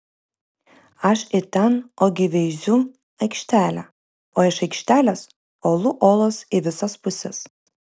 aš į ten ogi veiziu aikštelė o iš aikštelės olų olos į visas puses